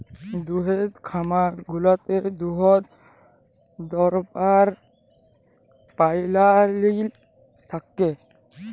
দুহুদের খামার গুলাতে দুহুদ দহাবার পাইপলাইল থ্যাকে